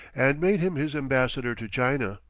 and made him his ambassador to china.